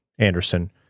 Anderson